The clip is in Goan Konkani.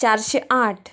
चारशे आठ